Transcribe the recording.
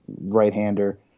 right-hander